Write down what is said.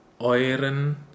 Euren